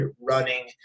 running